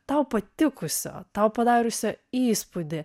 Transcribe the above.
tau patikusio tau padariusi įspūdį